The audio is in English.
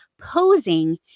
posing